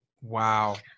Wow